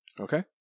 Okay